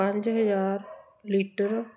ਪੰਜ ਹਜ਼ਾਰ ਲੀਟਰ